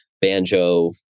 banjo